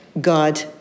God